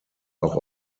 auch